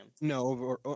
No